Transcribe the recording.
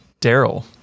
Daryl